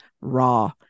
raw